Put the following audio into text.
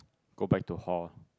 go back to hall